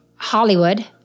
Hollywood